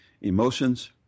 Emotions